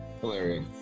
Hilarious